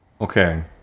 Okay